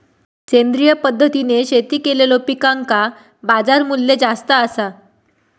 सेंद्रिय पद्धतीने शेती केलेलो पिकांका बाजारमूल्य जास्त आसा